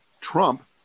Trump